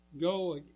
go